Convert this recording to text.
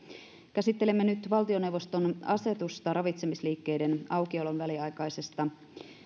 käsittelemme nyt valtioneuvoston asetusta ravitsemisliikkeiden aukiolon väliaikaisesta